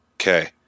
Okay